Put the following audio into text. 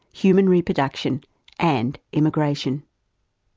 human reproduction and immigration.